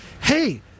hey